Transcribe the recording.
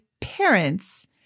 parents